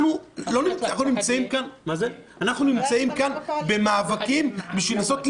אנחנו נמצאים כאן במאבקים בשביל לנסות להציל,